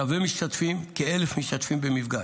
רבי משתתפים, כ-1,000 משתתפים במפגש,